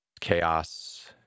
Chaos